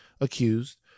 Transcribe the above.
accused